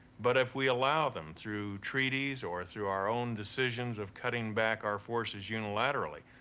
but if we allow them through treaties or through our own decisions of cutting back our forces unilaterally,